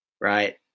right